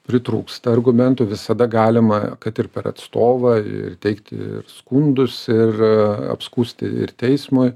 pritrūksta argumentų visada galima kad ir per atstovą ir teikti ir skundus ir apskųsti ir teismui